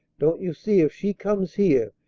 don't you see if she comes here,